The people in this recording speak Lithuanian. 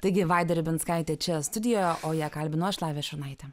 taigi vaida ribinskaitė čia studijoje o ją kalbinu aš lavija šurnaitė